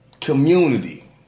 community